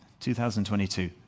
2022